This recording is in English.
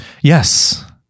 Yes